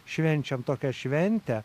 švenčiam tokią šventę